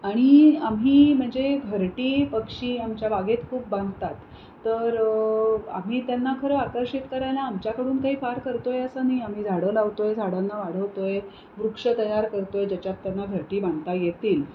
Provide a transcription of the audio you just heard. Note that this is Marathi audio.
आणि आम्ही म्हणजे घरटी पक्षी आमच्या बागेत खूप बांधतात तर आम्ही त्यांना खरं आकर्षित करायला आमच्याकडून काही फार करतो आहे असं नाही आम्ही झाडं लावतो आहे झाडांना वाढवतो आहे वृक्ष तयार करतो आहे ज्याच्यात त्यांना घरटी बांधता येतील